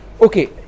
Okay